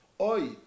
Oi